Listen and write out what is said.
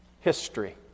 history